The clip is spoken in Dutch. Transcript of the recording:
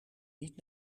niet